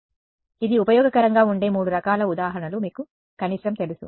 కాబట్టి ఇది ఉపయోగకరంగా ఉండే మూడు రకాల ఉదాహరణలు మీకు కనీసం తెలుసు